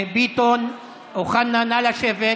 ביטון, אוחנה, נא לשבת.